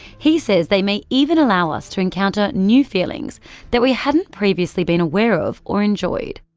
he says they may even allow us to encounter new feelings that we hadn't previously been aware of or enjoyed.